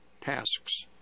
tasks